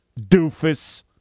Doofus